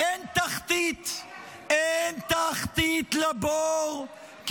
אין תחתית לבור?